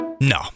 No